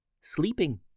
sleeping